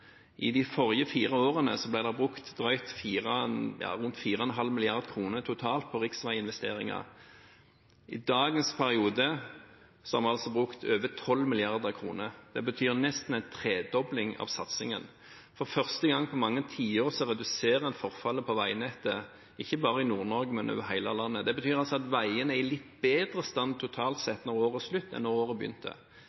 I de forrige fire årene ble det brukt rundt 4,5 mrd. kr totalt på riksveiinvesteringer. I denne perioden har vi brukt over 12 mrd. kr. Det betyr nesten en tredobling i satsingen. For første gang på mange tiår reduserer en forfallet på veinettet – ikke bare i Nord-Norge, men over hele landet. Det betyr at veiene er i litt bedre stand totalt